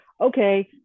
okay